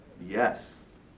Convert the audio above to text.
Yes